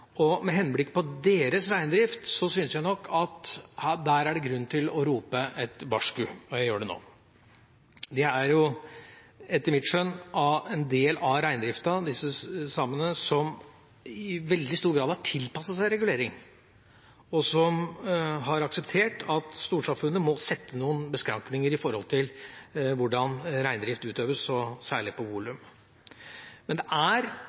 og med henblikk på deres reindrift syns jeg nok at der er det grunn til å rope et varsku, og jeg gjør det nå. Disse samene er etter mitt skjønn en del av reindrifta som i veldig stor grad har tilpasset seg regulering, og som har akseptert at storsamfunnet må sette noen beskrankninger når det gjelder hvordan reindrift utøves, særlig på volum. Men det er